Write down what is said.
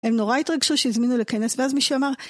הם נורא התרגשו שהזמינו לכנס, ואז מי שאמר...